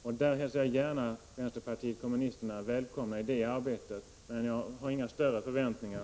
Jag hälsar gärna vänsterpartiet kommunisterna välkommet att delta i det arbetet, men jag har inga större förväntningar.